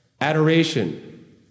Adoration